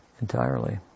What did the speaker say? entirely